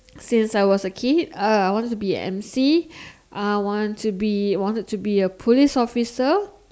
since I was a kid uh I wanted to be an emcee I wanted to be want to be a police officer